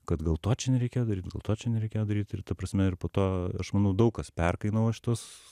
kad gal to čia nereikėjo daryt gal to čia nereikėjo daryt ir ta prasme ir po to aš manau daug kas perkainavo šituos